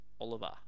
Oliver